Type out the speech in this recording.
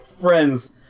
Friends